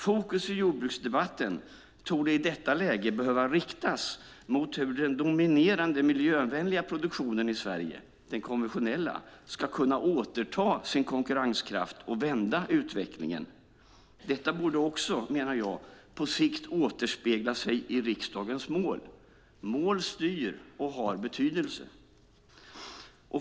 Fokus i jordbruksdebatten torde i detta läge behöva riktas mot hur den dominerande miljövänliga produktionen i Sverige, den konventionella, ska kunna återta sin konkurrenskraft och vända utvecklingen. Detta borde också, menar jag, på sikt återspegla sig i riksdagens mål. Mål styr och har betydelse!